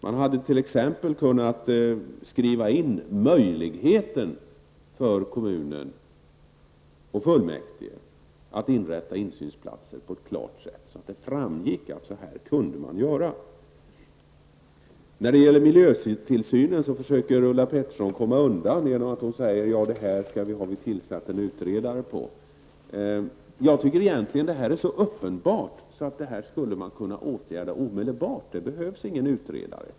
Man hade t.ex. kunnat skriva in på ett klart sätt möjligheten för kommunfullmäktige att inrätta insynsplatser så att det framgick att man kunde göra så. Miljötillsynen försöker Ulla Pettersson komma undan genom att framhålla att man har tillsatt en utredare. Men det är egentligen så uppenbart att man skulle kunna vidta åtgärder omedelbart. Det behövs ingen utredare.